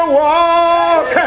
walk